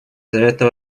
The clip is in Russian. заметно